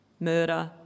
murder